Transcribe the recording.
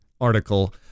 article